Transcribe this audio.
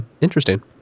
Interesting